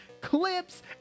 clips